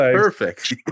Perfect